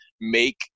make